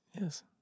Yes